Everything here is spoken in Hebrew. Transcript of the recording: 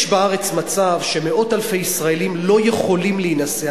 יש בארץ מצב שמאות אלפי ישראלים לא יכולים להינשא,